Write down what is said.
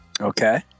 Okay